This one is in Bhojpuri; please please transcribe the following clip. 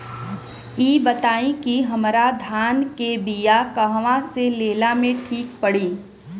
इ बताईं की हमरा धान के बिया कहवा से लेला मे ठीक पड़ी?